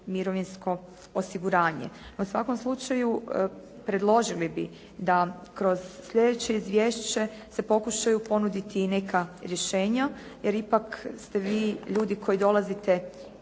mirovinsko osiguranje. U svakom slučaju predložili bi da kroz sljedeće izvješće se pokušaju ponuditi i neka rješenja, jer ipak ste vi ljudi koji dolazite